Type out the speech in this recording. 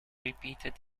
repeated